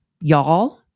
y'all